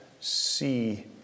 see